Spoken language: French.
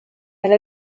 elle